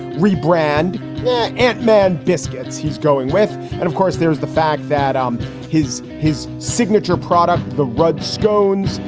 rebrand yeah ant man biscuits. he's going with. and of course, there's the fact that um his his signature product, the rudd stones,